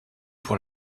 pour